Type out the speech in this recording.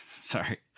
Sorry